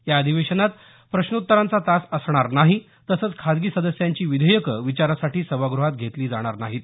या अधिवेशनात प्रश्नोत्तरांचा तास असणार नाही तसंच खासगी सदस्यांची विधेयकं विचारासाठी सभागृहात घेतली जाणार नाहीत